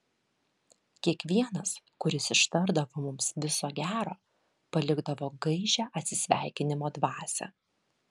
kiekvienas kuris ištardavo mums viso gero palikdavo gaižią atsisveikinimo dvasią